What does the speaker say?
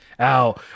Ow